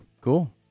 Cool